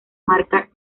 marca